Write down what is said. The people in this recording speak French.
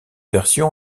version